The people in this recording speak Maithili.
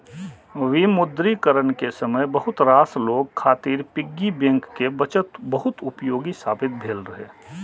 विमुद्रीकरण के समय बहुत रास लोग खातिर पिग्गी बैंक के बचत बहुत उपयोगी साबित भेल रहै